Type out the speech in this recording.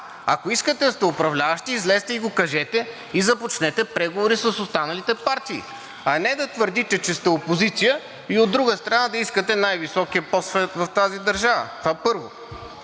Ако искате да сте управляващи, излезте и го кажете и започнете преговори с останалите партии, а не да твърдите, че сте опозиция и от друга страна, да искате най-високия пост в тази държава! Това, първо.